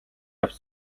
авч